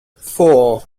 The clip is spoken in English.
four